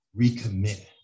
recommit